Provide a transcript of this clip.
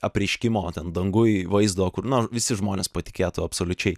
apreiškimo ten danguj vaizdo kur nu visi žmonės patikėtų absoliučiai